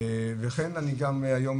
היום אני,